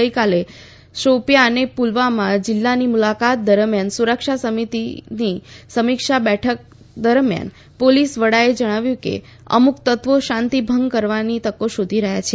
ગઈકાલે શોપિયાં અને પુલવામા જિલ્લાની મુલાકાત દરમિયાન સુરક્ષા સ્થિતિની સમીક્ષા બેઠક દરમિયાન પોલીસ વડાએ જણાવ્યું કે અમુક તત્વો શાંતિ ભંગ કરવાની તકો શોધી રહ્યા છે